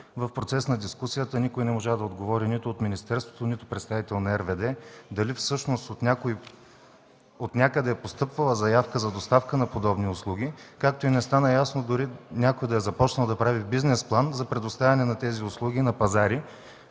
В процеса на дискусията никой не можа да отговори – нито от министерството, нито представител на „Ръководство на въздушното движение” – дали всъщност отнякъде е постъпвала заявка за доставка на подобни услуги? Не стана и ясно дори някой да е започнал да прави бизнес план за предоставяне на тези услуги на пазари.